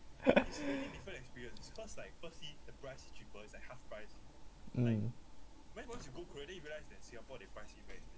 mm